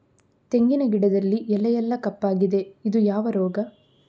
ತೆಂಗಿನ ಗಿಡದಲ್ಲಿ ಎಲೆ ಎಲ್ಲಾ ಕಪ್ಪಾಗಿದೆ ಇದು ಯಾವ ರೋಗ?